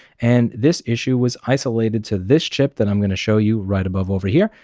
and this issue was isolated to this chip that i'm going to show you right above over here.